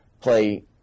play